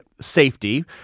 safety